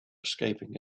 escaping